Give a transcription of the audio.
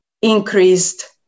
increased